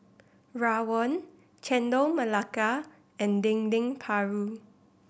rawon Chendol Melaka and Dendeng Paru